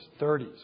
30s